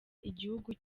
igihugu